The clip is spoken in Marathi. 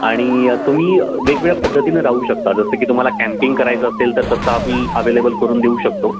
आणि तुम्ही वेगवेगळ्या पद्धतीनं राहू शकता जसं की तुम्हाला कॅम्पिंग करायचं असेल तर तसं आम्ही अवेलेबल करून देऊ शकतो